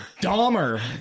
Dahmer